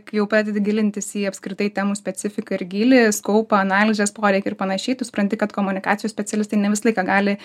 kai jau pradedi gilintis į apskritai temų specifiką ir gylį skaupą analizės poreikį ir panašiai tu supranti kad komunikacijos specialistai ne visą laiką gali